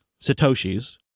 satoshis